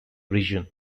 region